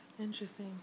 Interesting